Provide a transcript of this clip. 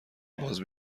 باز